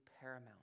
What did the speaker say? paramount